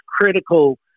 critical